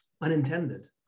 unintended